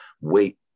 wait